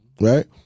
Right